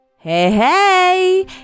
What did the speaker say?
Hey